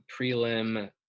prelim